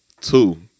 Two